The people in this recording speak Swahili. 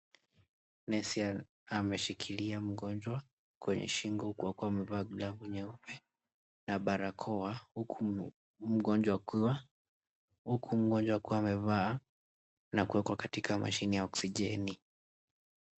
Nesi ameshikilia mgonjwa kwenye shingo huku akiwa amevaa glovu nyeupe na barakoa huku mgonjwa akiwa amevaa na kuwekwa katika mashine ya oksijeni.